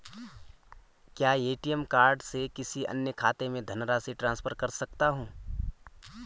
क्या ATM card से किसी अन्य खाते में धनराशि ट्रांसफर कर सकता हूँ?